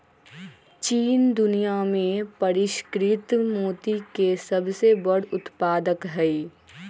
चीन दुनिया में परिष्कृत मोती के सबसे बड़ उत्पादक हई